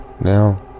Now